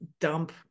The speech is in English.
dump